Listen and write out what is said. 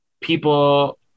people